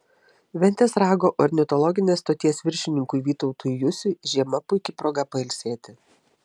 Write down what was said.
ventės rago ornitologinės stoties viršininkui vytautui jusiui žiema puiki proga pailsėti